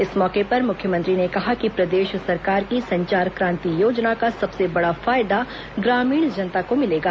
इस मौके पर मुख्यमंत्री ने कहा कि प्रदेश सरकार की संचार क्रांति योजना का सबसे बड़ा फायदा ग्रामीण जनता को मिलेगा